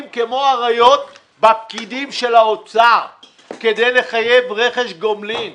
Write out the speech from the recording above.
כמו אריות בפקידים של האוצר כדי לחייב רכש גומלין,